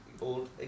old